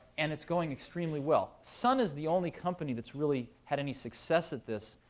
and it's going extremely well. sun is the only company that's really had any success at this,